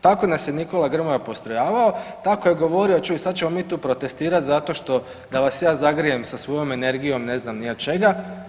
Tako nas je Nikola Grmoja postrojavao, tako je govorio, čuj sad ćemo mi tu protestirati zato što da vas ja zagrijem sa svojom energijom ne znam ni ja čega.